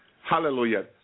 Hallelujah